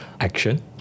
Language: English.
action